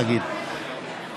נגיד,